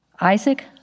Isaac